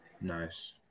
Nice